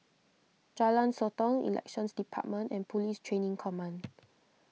Jalan Sotong Elections Department and Police Training Command